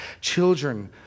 Children